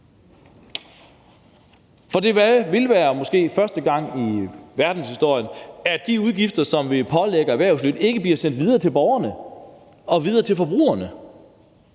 For det ville måske være første gang i verdenshistorien, at de udgifter, som vi pålægger erhvervslivet, ikke bliver sendt videre til borgerne, videre til forbrugerne.